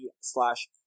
slash